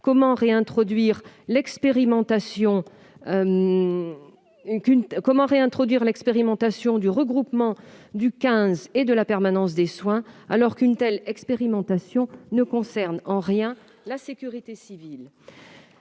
Comment réintroduire l'expérimentation du regroupement du 15 et de la permanence des soins, alors qu'une telle expérimentation ne concerne en rien la sécurité civile ?